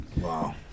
wow